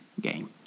game